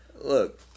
Look